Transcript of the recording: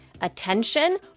attention